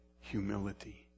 humility